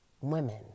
women